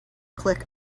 click